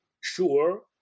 sure